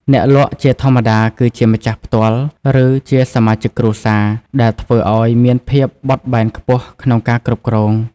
អ្នកលក់ជាធម្មតាគឺជាម្ចាស់ផ្ទាល់ ឬជាសមាជិកគ្រួសារ ដែលធ្វើឱ្យមានភាពបត់បែនខ្ពស់ក្នុងការគ្រប់គ្រង។